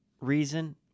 reason